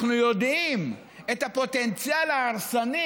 אנחנו יודעים על הפוטנציאל ההרסני